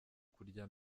kurya